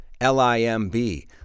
L-I-M-B